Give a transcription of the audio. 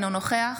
אינו נוכח